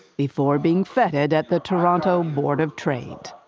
before being feted at the toronto board of trade.